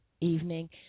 evening